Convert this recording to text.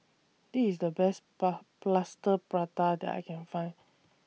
This IS The Best Plaster Prata that I Can Find